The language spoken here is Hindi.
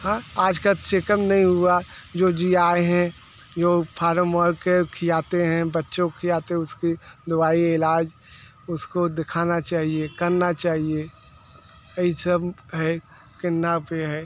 हाँ आज का चेकअप नहीं हुआ जो जियाए हैं जो फारम मार कर खिलाते हैं बच्चों को खिलाते हैं उसकी दवाई इलाज़ उसको दिखाना चाहिए करना चाहिए यही सब है केन्हा पे है